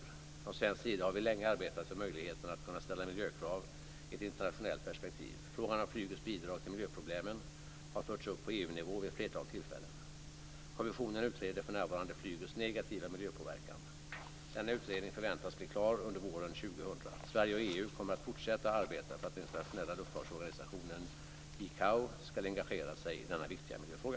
Från svensk sida har vi länge arbetat för möjligheten att kunna ställa miljökrav i ett internationellt perspektiv. Frågan om flygets bidrag till miljöproblemen har förts upp på EU-nivå vid ett flertal tillfällen. Kommissionen utreder för närvarande flygets negativa miljöpåverkan. Denna utredning förväntas bli klar under våren 2000. Sverige och EU kommer att fortsätta arbeta för att den internationella luftfartsorganisationen ICAO ska engagera sig i denna viktiga miljöfråga.